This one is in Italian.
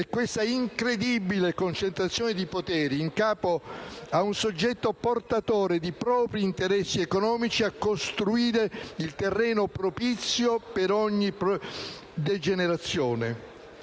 È questa incredibile concentrazione di poteri in capo a un soggetto portatore di propri interessi economici a costituire terreno propizio per ogni degenerazione.